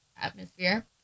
atmosphere